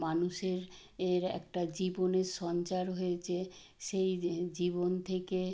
মানুষের এর একটা জীবনের সঞ্চার হয়েছে সেই জীবন থেকে